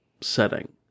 setting